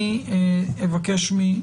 בבקשה.